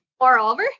moreover